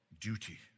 duty